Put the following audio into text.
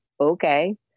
okay